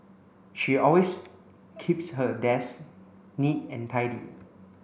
she always keeps her desk neat and tidy